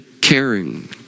caring